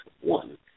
One